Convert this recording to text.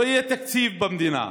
לא יהיה תקציב במדינה.